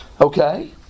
Okay